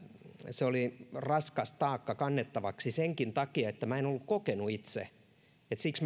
se oli raskas taakka kannettavaksi senkin takia että en ollut kokenut niin itse siksi